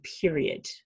period